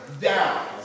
down